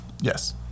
Yes